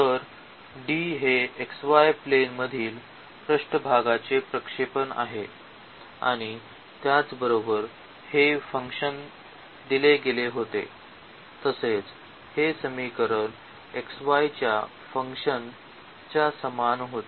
तर D हे xy plane मधील पृष्ठभागाचे प्रक्षेपण आहे आणि त्याचप्रमाणे हे फंक्शन दिले गेले होते तेव्हा हे समीकरण xy च्या फंक्शनच्या समान होते